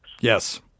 Yes